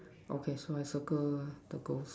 okay so I circle the ghost